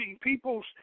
people's